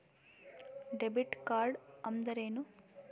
Debit ಕಾರ್ಡ್ಅಂದರೇನು?